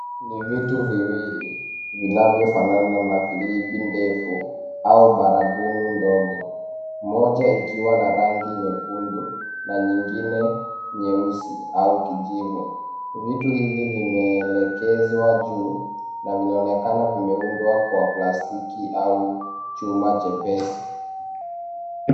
Ni vitu viwili vinavyofanana na firimbi ndefu au baragumu ndogo, moja ikiwa na rangi nyekundu na nyingine nyeusi au kijivu, vitu hivi vimeelekezwa juu na vinaonekana vimeundwa kwa plastiki au chuma chepesi.